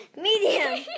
Medium